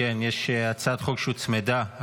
יש הצעת חוק שהוצמדה,